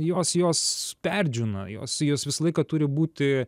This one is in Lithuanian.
jos jos perdžiūna jos jos visą laiką turi būti